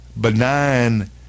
benign